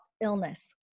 illness